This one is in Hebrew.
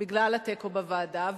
בגלל התיקו בוועדה,